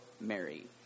Mary